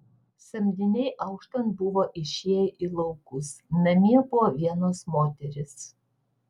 samdiniai auštant buvo išėję į laukus namie buvo vienos moterys